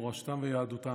מורשתם ויהדותם.